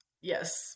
Yes